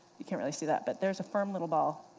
you can't really see that, but there's a firm little ball.